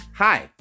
Hi